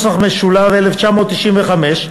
התשנ"ה 1995,